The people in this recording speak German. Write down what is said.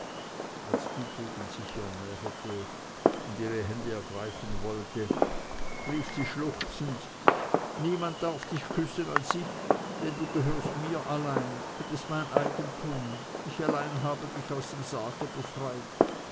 als dietegen sich ihr näherte und ihre hände ergreifen wollte rief sie schluchzend niemand darf dich küssen als ich denn du gehörst mir allein du bist mein eigentum ich allein habe dich aus dem sarge befreit